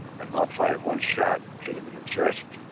and mark fired one shot. hit him in the chest.